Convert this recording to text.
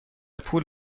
پول